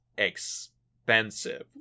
Expensive